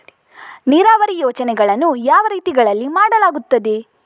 ನೀರಾವರಿ ಯೋಜನೆಗಳನ್ನು ಯಾವ ರೀತಿಗಳಲ್ಲಿ ಮಾಡಲಾಗುತ್ತದೆ?